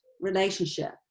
relationship